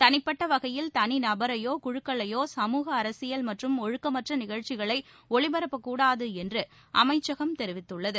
தனிப்பட்ட வகையில் தனி நபரையோ குழுக்களையோ கமுக அரசியல் மற்றும் ஒழுக்கமற்ற நிகழ்ச்சிகளை ஒளிபரப்பக் கூடாது என்று அமைச்சகம் தெரிவித்துள்ளது